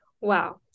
Wow